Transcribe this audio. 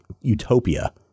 utopia